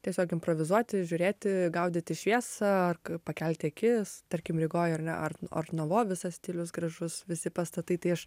tiesiog improvizuoti žiūrėti gaudyti šviesą ar k pakelti akis tarkim rygoj ar ne art ar novo visas stilius gražus visi pastatai tai aš